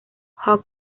hugh